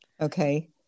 Okay